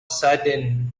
sudden